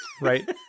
right